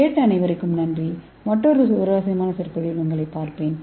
கேட்ட அனைவருக்கும் நன்றி மற்றொரு சுவாரஸ்யமான சொற்பொழிவில் உங்களைப் பார்ப்பேன்